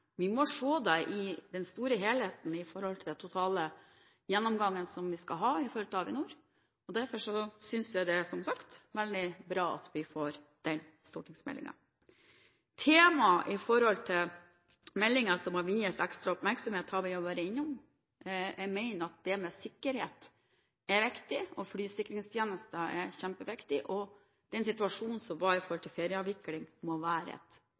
Vi må se på dette som en del av helheten i den totalgjennomgangen vi skal ha om Avinor. Derfor synes jeg, som sagt, det er veldig bra at vi får denne stortingsmeldingen. Tema som bør vies ekstra oppmerksomhet i meldingen, har vi jo vært innom. Jeg mener at det med sikkerhet er viktig, flysikringstjenesten er kjempeviktig, og den situasjonen som var i tilknytning til ferieavviklingen, må være et